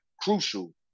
crucial